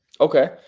Okay